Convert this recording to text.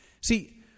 See